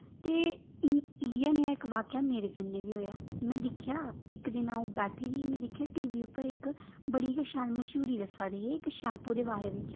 ते इ'यै नेहा इक वाक्या मेरे कन्नै बी होआ में दिक्खेआ इक दिन अ'ऊं बैठी दी ही में दिक्खेआ टी बी उप्पर इक बड़ी गै शैल मश्हूरी दस्सा दे हे इक शैम्पू दे बारे बिच